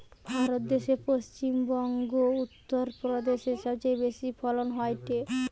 ভারত দ্যাশে পশ্চিম বংগো, উত্তর প্রদেশে সবচেয়ে বেশি ফলন হয়টে